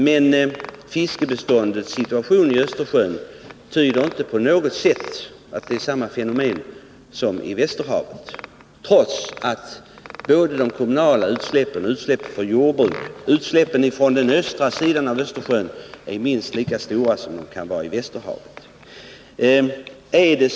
Men fiskbeståndet i Östersjön tyder inte på något sätt på att där råder samma förhållanden som i Västerhavet, trots att de kommunala utsläppen, utsläppen från jordbruket och utsläppen från den östra sidan av Östersjön är minst lika stora som i Västerhavet.